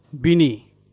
Bini